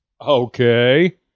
Okay